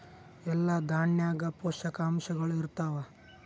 ಎಲ್ಲಾ ದಾಣ್ಯಾಗ ಪೋಷಕಾಂಶಗಳು ಇರತ್ತಾವ?